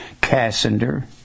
Cassander